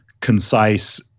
concise